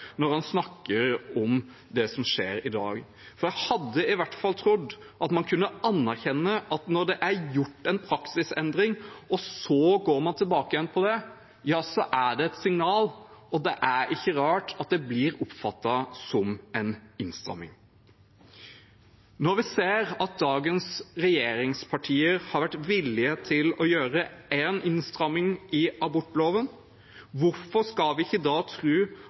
når han snakker om det som skjer i dag. For jeg hadde i hvert fall trodd at man kunne anerkjenne at når det er gjort en praksisendring, og så går man tilbake på det, ja, da er det et signal, og det er ikke rart at det blir oppfattet som en innstramming. Når vi ser at dagens regjeringspartier har vært villige til å gjøre én innstramming i abortloven – hvorfor skal vi ikke da